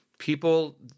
People